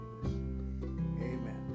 Amen